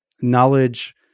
Knowledge